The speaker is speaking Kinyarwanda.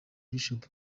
bishop